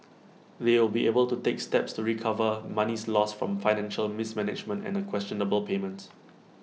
they'll be able to take steps to recover monies lost from financial mismanagement and A questionable payment